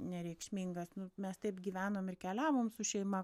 nereikšmingas nu mes taip gyvenom ir keliavom su šeima